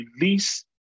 release